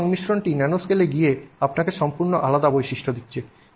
একই সংমিশ্রণটি ন্যানোস্কেলে গিয়ে আপনাকে সম্পূর্ণ আলাদা বৈশিষ্ট্য দিচ্ছে